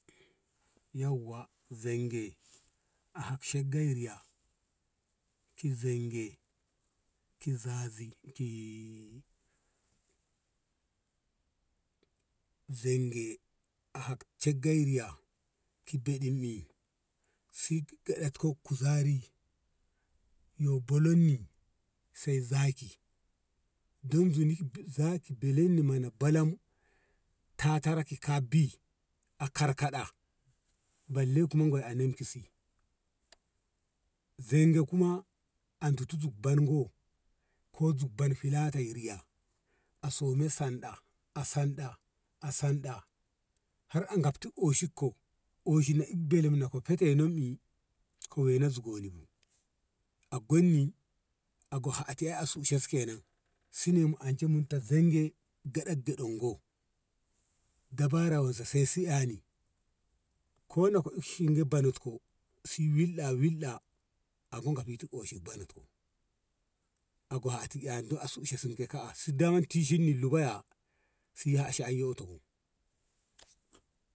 Yauwa zenge a hakshe gai riyya ki zange ki zazi kii zange a hakce gai riyya ki bidimni si gaɗakko k- ku zari yo bolanni se turum don zuni turum belenni manan belem tatara ki ka bi a karkaɗa balle kuma gor a nem ki si zemge kuma an toutu bango ko zugban filatan riya a some sanɗa a sanɗa a sanɗa har a gafti oshikko oshi na ibbelen ko fitekko nem e ka wena na zugonni bu a gonni a go hatie e a shushensu kenan si nem ance mu tan zange gaɗak gadango dabara wanse sai su ani ko ka natko shinge banatko si wilɗa wilɗa a ko gafiti oshi bonatko ko a ko hati eni do shika a tishin ni lu baya shi yashi yo yoto bu.